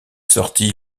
sorti